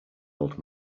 old